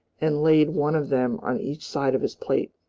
and laid one of them on each side of his plate.